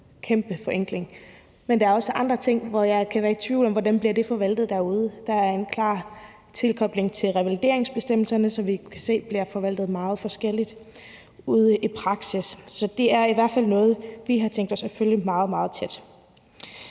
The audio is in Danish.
Men der er også andre ting, som jeg kan være i tvivl om hvordan bliver forvaltet derude. Der er en klar tilkobling til revalideringsbestemmelserne, som vi kan se bliver forvaltet meget forskelligt ude i praksis, og det er i hvert fald noget, vi har tænkt os at følge meget, meget tæt.